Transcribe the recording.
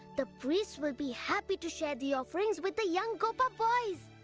the priests will be happy to share the offerings with the young gopa boys.